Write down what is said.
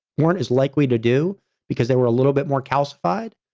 weren't as likely to do because they were a little bit more calcified.